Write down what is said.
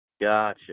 Gotcha